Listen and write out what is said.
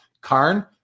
Karn